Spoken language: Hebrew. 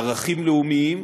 ערכים לאומיים,